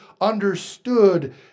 understood